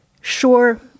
Sure